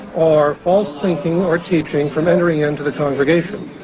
or false thinking or teaching, from entering and the congregation.